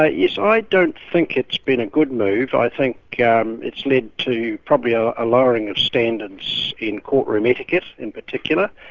yes, i don't think it's been a good move. i think yeah um it's led to probably ah a lowering of standards in courtroom etiquette in particular.